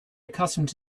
accustomed